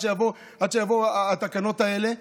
עד שיעברו התקנות האלה,